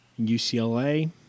UCLA